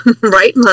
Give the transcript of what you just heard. right